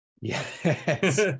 Yes